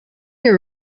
your